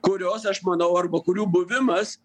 kurios aš manau arba kurių buvimas